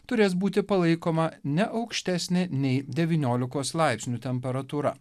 turės būti palaikoma ne aukštesnė nei devyniolikos laipsnių temperatūra